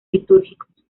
litúrgicos